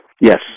Yes